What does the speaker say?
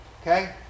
Okay